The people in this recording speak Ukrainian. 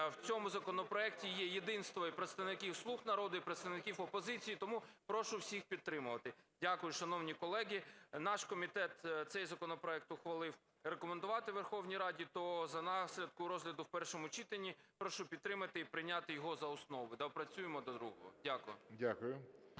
в цьому законопроекті є єдинство і представників "слуг народу", і представників опозиції. Тому прошу всіх підтримати. Дякую, шановні колеги. Наш комітет цей законопроект ухвалив рекомендувати Верховній Раді, то за наслідками розгляду в першому читанні прошу підтримати і прийняти його за основу,